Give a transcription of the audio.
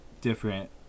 different